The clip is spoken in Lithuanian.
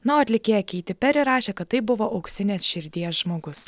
na o atlikėja keiti peri rašė kad tai buvo auksinės širdies žmogus